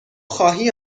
خواهی